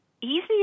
easier